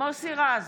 מוסי רז,